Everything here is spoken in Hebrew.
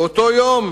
באותו יום